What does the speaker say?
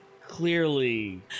clearly